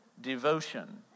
devotion